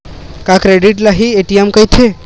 का क्रेडिट ल हि ए.टी.एम कहिथे?